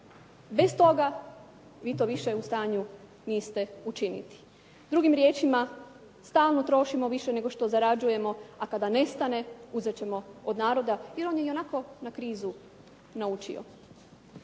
Bez toga vi to više u stanju niste učiniti. Drugim riječima, stalno trošimo više nego što zarađujemo, a kada nestane, uzet ćemo od naroda jer on je ionako na krizu naučio.